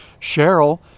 Cheryl